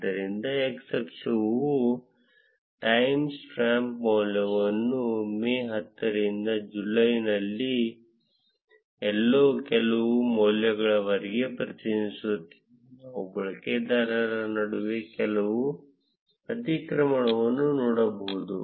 ಆದ್ದರಿಂದ x ಅಕ್ಷವು timestamp ಮೌಲ್ಯವನ್ನು ಮೇ 10 ರಿಂದ ಜುಲೈನಲ್ಲಿ ಎಲ್ಲೋ ಕೆಲವು ಮೌಲ್ಯಗಳವರೆಗೆ ಪ್ರತಿನಿಧಿಸುತ್ತದೆ ನಾವು ಬಳಕೆದಾರರ ನಡುವೆ ಕೆಲವು ಅತಿಕ್ರಮಣವನ್ನು ನೋಡಬಹುದು